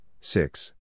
six